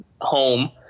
home